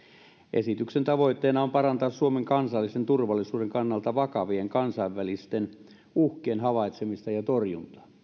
esityksen tavoitteena on parantaa suomen kansallisen turvallisuuden kannalta vakavien kansainvälisten uhkien havaitsemista ja torjuntaa